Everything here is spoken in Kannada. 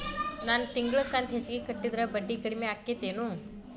ನನ್ ತಿಂಗಳ ಕಂತ ಹೆಚ್ಚಿಗೆ ಕಟ್ಟಿದ್ರ ಬಡ್ಡಿ ಕಡಿಮಿ ಆಕ್ಕೆತೇನು?